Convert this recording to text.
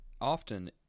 often